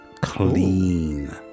Clean